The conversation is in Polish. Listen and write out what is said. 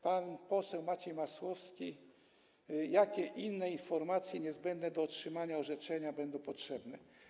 Pan poseł Maciej Masłowski - jakie inne informacje, niezbędne do otrzymania orzeczenia będą potrzebne?